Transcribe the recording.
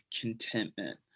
contentment